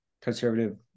conservative